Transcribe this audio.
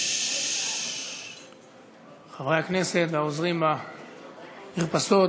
חברי הכנסת, העוזרים במרפסות,